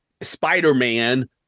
Spider-Man